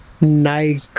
nike